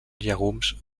llegums